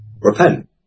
Repent